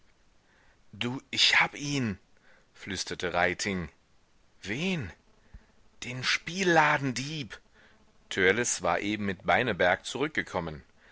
du ich hab ihn flüsterte reiting wen den spielladendieb törleß war eben mit beineberg zurückgekommen